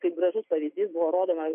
kaip gražus pavyzdys buvo rodoma